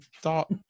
thought